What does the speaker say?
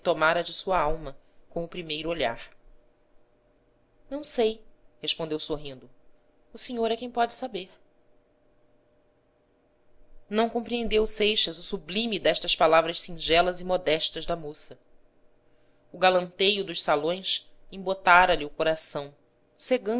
de sua alma com o primeiro olhar não sei respondeu sorrindo o senhor é quem pode saber não compreendeu seixas o sublime destas palavras singelas e modestas da moça o galanteio dos salões embotara lhe o coração